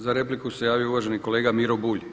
Za repliku se javio uvaženi kolega Miro Bulj.